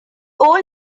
old